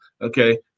okay